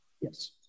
Yes